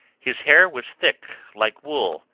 his hair was thick, like wool,